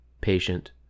patient